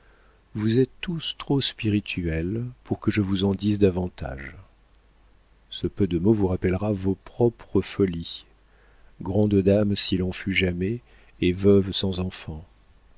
vous êtes tous trop spirituels pour que je vous en dise davantage ce peu de mots vous rappellera vos propres folies grande dame s'il en fût jamais et veuve sans enfants